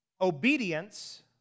obedience